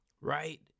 right